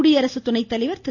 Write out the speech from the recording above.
குடியரசுத்துணை தலைவர் திரு